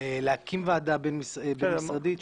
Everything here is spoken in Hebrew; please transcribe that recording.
להקים וועדה בין משרדית,